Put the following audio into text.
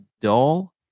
dull